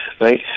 right